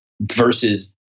versus